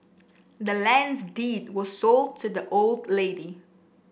the land's deed was sold to the old lady